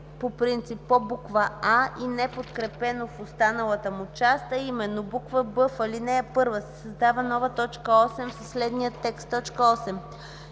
по принцип по буква „а” и неподкрепено в останалата му част, а именно: „б) в алинея 1 се създава нова точка 8 със следния текст: „8.